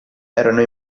erano